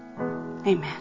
Amen